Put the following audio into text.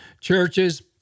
churches